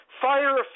Fire